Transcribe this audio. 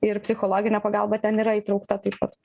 ir psichologinė pagalba ten yra įtraukta taip pat